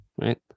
right